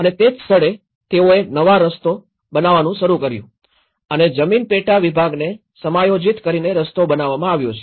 અને તે જ સ્થળે તેઓએ નવા રસ્તો બનાવવાનું શરૂ કર્યું અને જમીન પેટા વિભાગને સમાયોજિત કરીને રસ્તો બનાવવામાં આવ્યો છે